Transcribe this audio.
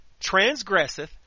transgresseth